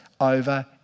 over